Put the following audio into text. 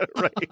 right